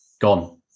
Gone